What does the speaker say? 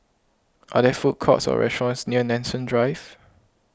are there food courts or restaurants near Nanson Drive